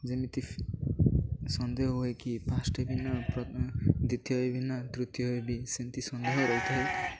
ଯେମିତି ସନ୍ଦେହ ହୁଏକି ପାଷ୍ଟ ହେବି ନା ଦ୍ଵିତୀୟ ହେବିି ନା ତୃତୀୟ ହେବି ସେମିତି ସନ୍ଦେହ ରହିଥାଏ